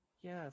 yes